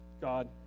God